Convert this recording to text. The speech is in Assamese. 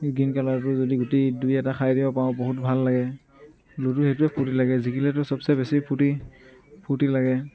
গ্ৰীণ কালাৰটো যদি গুটি দুই এটা খাই দিব পাৰোঁ বহুত ভাল লাগে লুডু সেইটোৱে ফুৰ্ত্তি লাগে জিকিলেতো চবচে বেছি ফুৰ্ত্তি ফুৰ্ত্তি লাগে